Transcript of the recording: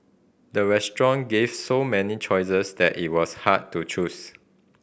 the restaurant gave so many choices that it was hard to choose